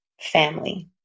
family